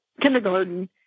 kindergarten